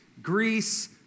Greece